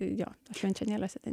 jo švenčionėliuose ten